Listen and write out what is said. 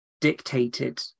dictated